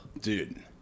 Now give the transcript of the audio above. Dude